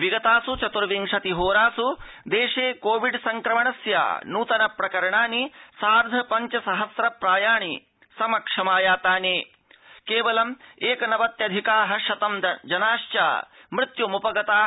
विगतास् चतुर्विंशति होरास् देशे कोविड संक्रमणस्य नूतन प्रकरणानि सार्ध पञ्च सहस्र प्रायाणि समक्षमायातानि केवलम् एकनवत्यधिकाः शतं जनाश्च मृत्युमुपगताः